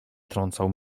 trącał